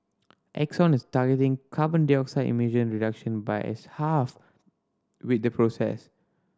Exxon is targeting carbon dioxide emission reduction by as half with the process